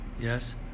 yes